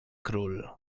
król